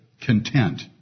content